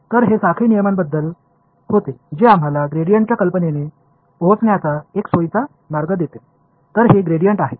तर हे साखळी नियमांबद्दल होते जे आम्हाला ग्रेडियंटच्या कल्पनेने पोहोचण्याचा एक सोयीचा मार्ग देते तर हे ग्रेडियंट आहे